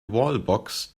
wallbox